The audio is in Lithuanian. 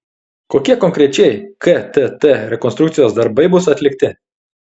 kokie konkrečiai ktt rekonstrukcijos darbai bus atlikti